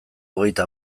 hogeita